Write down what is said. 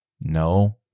No